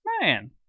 man